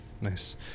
nice